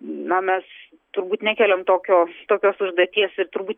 na mes turbūt nekeliam tokio tokios užduoties ir turbūt